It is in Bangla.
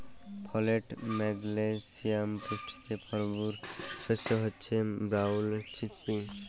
ফলেট, ম্যাগলেসিয়াম পুষ্টিতে ভরপুর শস্য হচ্যে ব্রাউল চিকপি